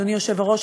אדוני היושב-ראש,